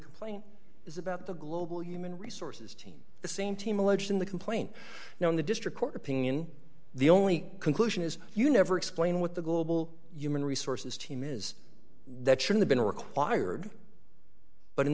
complaint is about the global human resources team the same team alleged in the complaint now in the district court opinion the only conclusion is you never explain what the global human resources team is that should've been required but in